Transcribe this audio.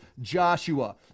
Joshua